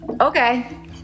Okay